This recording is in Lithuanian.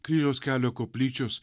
kryžiaus kelio koplyčios